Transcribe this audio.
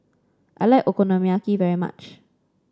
I like Okonomiyaki very much